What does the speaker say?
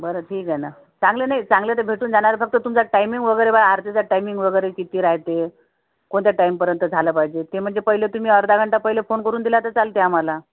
बरं ठीक आहे ना चांगलं नाही चांगलं तर भेटून जाणार फक्त तुमचा टाईमिंग वगैरे बा आरतीचं टाईमिंग वगैरे किती राहते कोणत्या टाईमपर्यंत झालं पाहिजे ते म्हणजे पहिले तुम्ही अर्धा घंटा पहिलं फोन करून दिलं तर चालतं आम्हाला